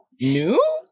new